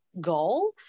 goal